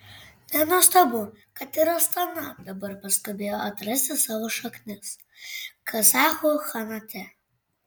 nenuostabu kad ir astana dabar paskubėjo atrasti savo šaknis kazachų chanate